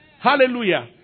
Hallelujah